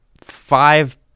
five